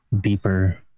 deeper